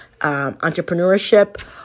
entrepreneurship